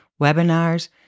webinars